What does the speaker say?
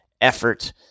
effort